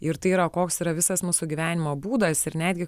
ir tai yra koks yra visas mūsų gyvenimo būdas ir netgi